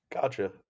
Gotcha